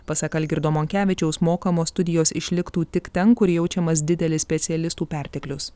pasak algirdo monkevičiaus mokamos studijos išliktų tik ten kur jaučiamas didelis specialistų perteklius